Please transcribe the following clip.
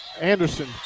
Anderson